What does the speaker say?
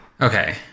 Okay